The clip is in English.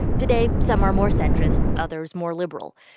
today some are more centrist others more liberal.